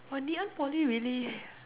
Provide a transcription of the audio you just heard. !wah! Ngee-Ann-Poly really